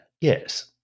yes